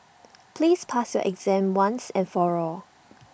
please pass your exam once and for all